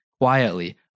quietly